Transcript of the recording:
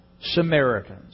Samaritans